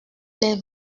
les